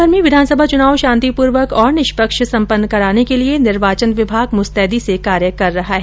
राज्यभर में विधानसभा चुनाव शांतिपूर्वक और निष्पक्ष संपन्न कराने के लिए निर्वाचन विभाग मुस्तैदी से कार्य कर रहा है